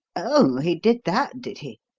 oh, he did that, did he?